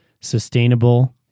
sustainable